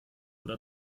oder